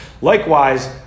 Likewise